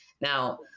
now